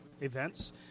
events